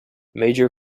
major